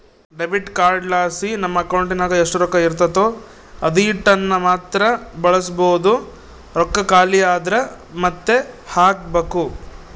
debit ಕಾರ್ಡ್ಲಾಸಿ ನಮ್ ಅಕೌಂಟಿನಾಗ ಎಷ್ಟು ರೊಕ್ಕ ಇರ್ತತೋ ಅದೀಟನ್ನಮಾತ್ರ ಬಳಸ್ಬೋದು, ರೊಕ್ಕ ಖಾಲಿ ಆದ್ರ ಮಾತ್ತೆ ಹಾಕ್ಬಕು